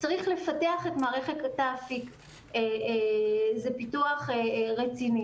צריך לפתח את מערכת האפיק וזה פיתוח רציני.